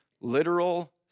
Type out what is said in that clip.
literal